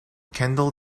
kendall